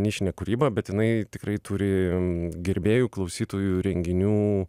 nišinė kūryba bet jinai tikrai turi gerbėjų klausytojų renginių